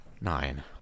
nine